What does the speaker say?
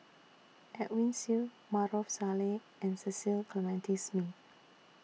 Edwin Siew Maarof Salleh and Cecil Clementi Smith